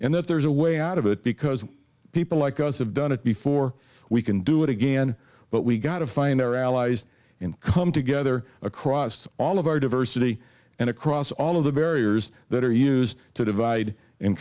and that there's a way out of it because people like us have done it before we can do it again but we got to find our allies and come together across all of our diversity and across all of the barriers that are used to divide and